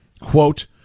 Quote